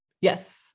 yes